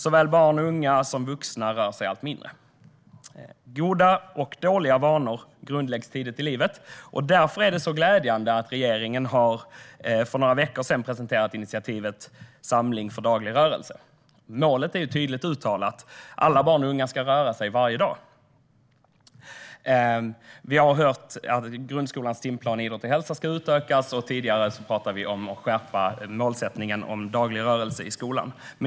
Såväl barn och unga som vuxna rör sig allt mindre. Goda och dåliga vanor grundläggs tidigt i livet, och därför är det så glädjande att regeringen för några veckor sedan presenterade initiativet Samling för daglig rörelse. Målet är tydligt uttalat: Alla barn och unga ska röra sig varje dag. Vi har hört att idrott och hälsa ska utökas i grundskolans timplan, och tidigare pratade vi om att skärpa målsättningen för daglig rörelse i skolan.